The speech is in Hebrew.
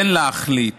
כן להחליט